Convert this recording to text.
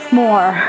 more